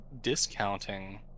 discounting